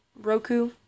Roku